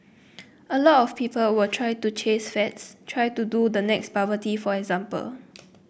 a lot of people try to chase fads try to do the next bubble tea for example